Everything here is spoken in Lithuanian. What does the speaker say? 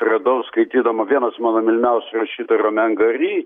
radau skaitydama vienas mano mylimiausių rašytojų romen gary